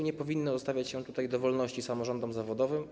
Nie powinno zostawiać się tutaj dowolności samorządom zawodowym.